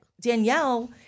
Danielle